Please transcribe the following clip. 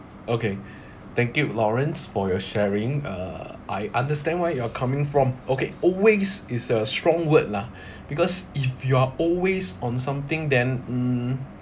okay thank you lawrence for your sharing uh I understand where you're coming from okay always is a strong word lah because if you are always on something then mm